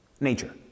nature